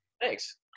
thanks